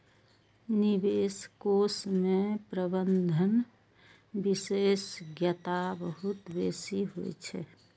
निवेश कोष मे प्रबंधन विशेषज्ञता बहुत बेसी होइ छै